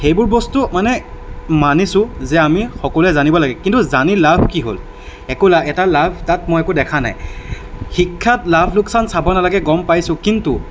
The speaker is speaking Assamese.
সেইবোৰ বস্তু মানে মানিছোঁ যে আমি সকলোৱে জানিব লাগে কিন্তু জানি লাভ কি হ'ল একো লাভ এটা লাভ তাত মই একো দেখা নাই শিক্ষাত লাভ লোকচান চাব নালাগে গম পাইছোঁ কিন্তু